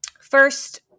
First